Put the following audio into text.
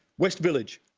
west village.